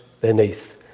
beneath